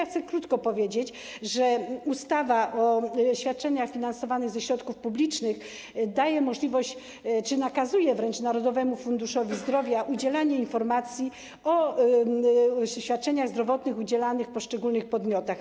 Chcę więc krótko powiedzieć, że ustawa o świadczeniach finansowanych ze środków publicznych daje możliwość czy nakazuje wręcz Narodowemu Funduszowi Zdrowia udzielanie informacji o świadczeniach zdrowotnych udzielanych w poszczególnych podmiotach.